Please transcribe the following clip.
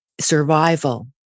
survival